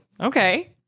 okay